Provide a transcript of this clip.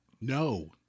No